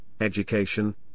education